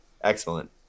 Excellent